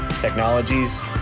technologies